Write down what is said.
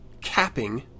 capping